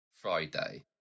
Friday